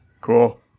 Cool